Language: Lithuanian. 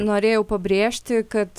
norėjau pabrėžti kad